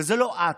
וזה לא את,